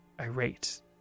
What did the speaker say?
irate